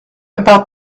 about